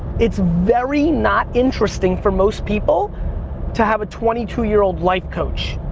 it's very not interesting for most people to have a twenty two year old life coach.